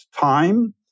time